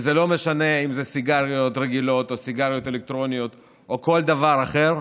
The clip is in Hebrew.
וזה לא משנה אם זה סיגריות רגילות או סיגריות אלקטרוניות או כל דבר אחר,